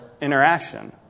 interaction